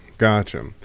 Gotcha